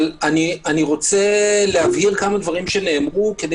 אבל אני רוצה להבהיר כמה דברים שנאמרו כדי